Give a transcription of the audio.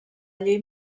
llei